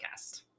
podcast